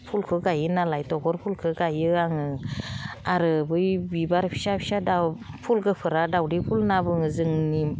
फुलखौ गायो नालाय तगर फुलखौ गायो आङो आरो बै बिबार फिसा फिसा दाउ फुल गुफुरा दावदै फुल होनना बुङो जोंनि